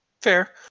Fair